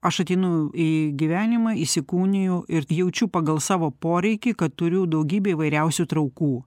aš ateinu į gyvenimą įsikūniju ir jaučiu pagal savo poreikį kad turiu daugybę įvairiausių traukų